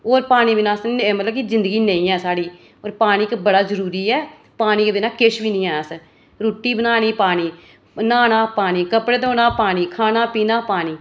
और पानी बिना मतलब कि जिंदगी नेईं ऐ साढ़ी और पानी इक बड़ा जरुरी ऐ पानी दे बिना किश बी नेईं ऐ रुट्टी बनानी ते पानी न्हाना पानी कपड़े धोना पानी खाना पीना पानी